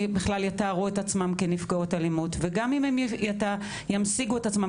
יתארו את עצמן בכלל נפגעות אלימות וגם אם הם ימשיגו את עצמם